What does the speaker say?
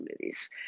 movies